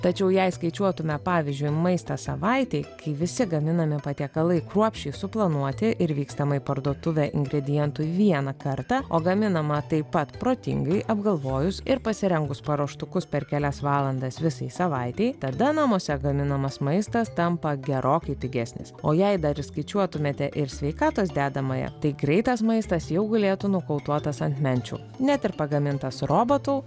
tačiau jei skaičiuotume pavyzdžiui maistą savaitei kai visi gaminami patiekalai kruopščiai suplanuoti ir vykstama į parduotuvę ingredientų vieną kartą o gaminama taip pat protingai apgalvojus ir pasirengus paruoštukus per kelias valandas visai savaitei tada namuose gaminamas maistas tampa gerokai pigesnis o jei dar įskaičiuotumėte ir sveikatos dedamąją tai greitas maistas jau gulėtų nokautuotas ant menčių net ir pagamintas robotų